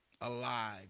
alive